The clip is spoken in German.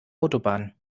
autobahn